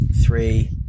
three